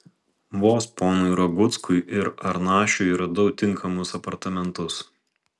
vos ponui raguckui ir arnašiui radau tinkamus apartamentus